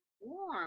warm